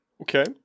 Okay